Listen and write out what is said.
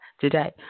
today